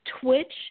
twitch